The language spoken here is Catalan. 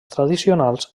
tradicionals